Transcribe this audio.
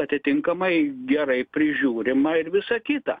atitinkamai gerai prižiūrima ir visa kita